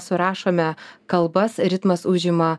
surašome kalbas ritmas užima